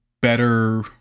better